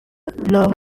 law